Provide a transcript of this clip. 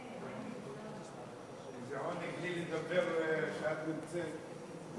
זה עונג לי לדבר כשאת נמצאת.